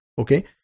Okay